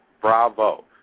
bravo